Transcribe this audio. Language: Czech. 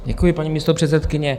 Děkuji, paní místopředsedkyně.